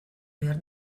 behar